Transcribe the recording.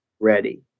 Ready